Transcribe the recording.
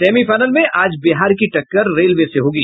semifinal में आज बिहार की टक्कर रेलवे से होगी